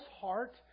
heart